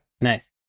Nice